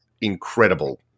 incredible